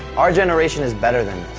our generation is better than